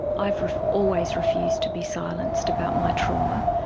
i've always refused to be silenced about my trauma.